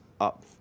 up